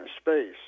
space